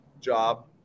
job